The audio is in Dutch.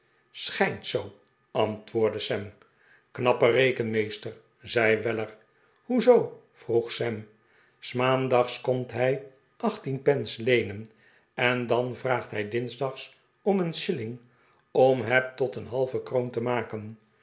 zoo antwoordde sam knappe rekenmeester zei weller hoezoo vroeg sam s maandags komt hij achttien pence leenen en dan vraagt hij dinsdags om een shilling om het tot een halve kroon te maken